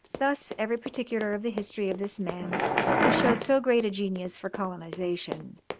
thus every particular of the history of this man who showed so great a genius for colonisation,